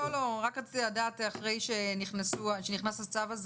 לא, רק רציתי לדעת אחרי שנכנס הצו הזה